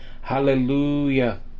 hallelujah